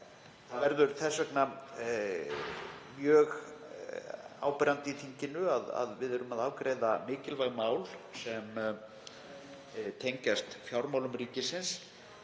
Það verður þess vegna mjög áberandi í þinginu að við erum að afgreiða mikilvæg mál sem tengjast fjármálum ríkisins